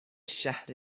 شهر